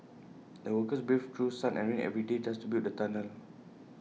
the workers braved through sun and rain every day just to build the tunnel